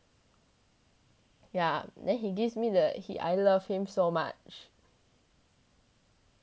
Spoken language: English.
yeah then he gives me the he I love him so much